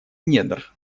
недр